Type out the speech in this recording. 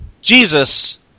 Jesus